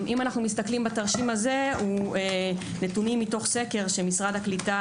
פה רואים נתונים מתוך סקר שמשרד הקליטה